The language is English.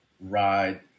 ride